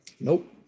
Nope